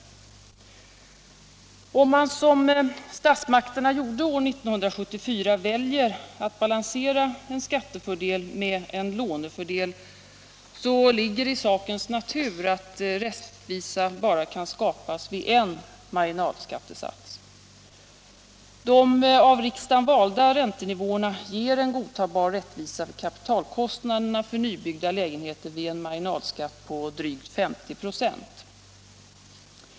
Om ökad rättvisa i Om man — som statsmakterna gjorde år 1974 — väljer att balansera = fråga om boendeen skattefördel med en lånefördel, så ligger det i sakens natur att rättvisa — kostnaderna vid bara kan skapas vid en marginalskattesats. De av riksdagen valda rän = olika besittningsfortenivåerna ger en godtagbar rättvisa för kapitalkostnaderna för nybyggda = mer lägenheter vid en marginalskatt på drygt 50 96.